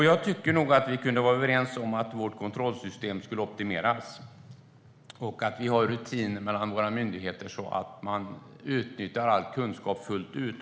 Jag tycker nog att vi skulle kunna vara överens om att vårt kontrollsystem borde optimeras och att det borde finnas rutiner mellan våra myndigheter så att all kunskap utnyttjas fullt ut.